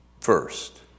first